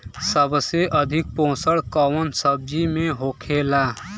सबसे अधिक पोषण कवन सब्जी में होखेला?